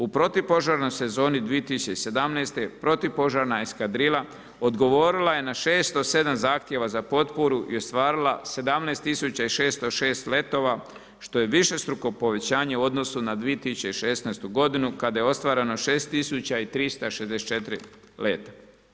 U protupožarnoj sezoni 2017. protupožarna eskadrila odgovorila je na 607 zahtjeva za potporu i ostvarila 17 606 letova, što je višestruko povećanje u odnosu na 2016. godinu kad je ostvareno 6364 leta.